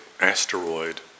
asteroid